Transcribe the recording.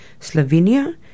Slovenia